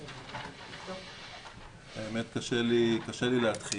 האמת, קשה לי להתחיל.